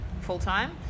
full-time